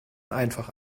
einfach